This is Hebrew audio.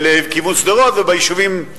לכיוון שדרות, וביישובים,